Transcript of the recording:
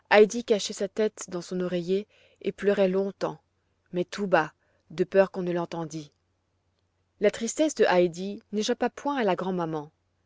cachait sa tête dans son oreiller et pleurait longtemps mais tout bas de peur qu'on ne l'entendît la tristesse de heidi n'échappa point à la grand'maman